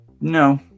No